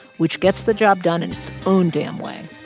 which gets the job done in its own damn way